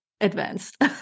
advanced